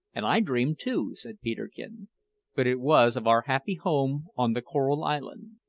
and i dreamed too, said peterkin but it was of our happy home on the coral island.